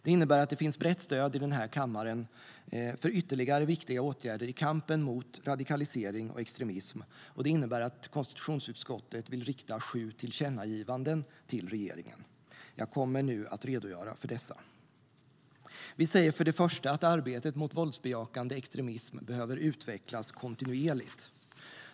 Det innebär att det finns brett stöd i den här kammaren för ytterligare viktiga åtgärder i kampen mot radikalisering och extremism, och det innebär att konstitutionsutskottet vill rikta sju tillkännagivanden till regeringen. Jag kommer nu att redogöra för dessa. Vi säger för det första att arbetet mot våldsbejakande extremism behöver utvecklas kontinuerligt.